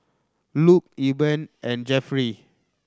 Luke Eben and Jeffry